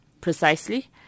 precisely